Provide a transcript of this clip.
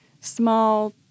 small